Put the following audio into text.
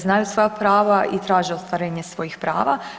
Znaju svoja prava i traže ostvarenje svojih prava.